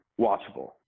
watchable